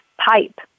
pipe